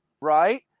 Right